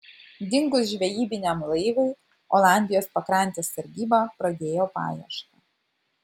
dingus žvejybiniam laivui olandijos pakrantės sargyba pradėjo paiešką